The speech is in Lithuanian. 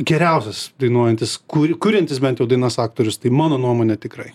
geriausias dainuojantis kur kuriantys bent dainas aktorius tai mano nuomone tikrai